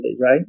right